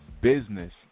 business